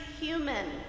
human